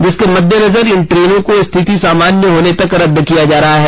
जिसके मददेनजर इन ट्रेनों को स्थिति सामान्य होने तक रदद किया जा रहा है